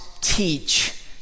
teach